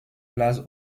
place